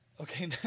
okay